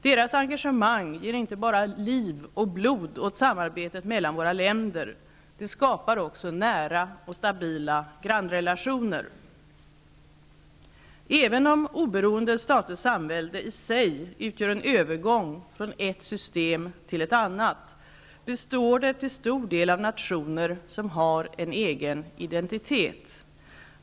Deras engagemang ger inte bara liv och blod åt samarbetet mellan våra länder. Det skapar också nära och stabila grannrelationer. Även om Oberoende Staters Samvälde i sig utgör en övergång från ett system till ett annat, består det till stor del av nationer som har en egen identitet.